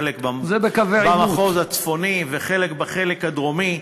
חלק במחוז הצפוני וחלק בחלק הדרומי.